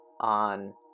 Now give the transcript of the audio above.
on